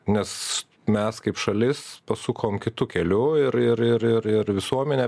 nes mes kaip šalis pasukom kitu keliu ir ir ir ir ir visuomenė